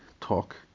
talk